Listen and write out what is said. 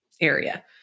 area